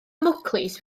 mwclis